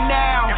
now